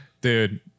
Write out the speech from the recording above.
Dude